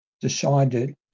decided